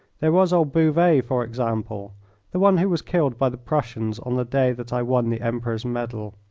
there was old bouvet, for example the one who was killed by the prussians on the day that i won the emperor's medal